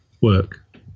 work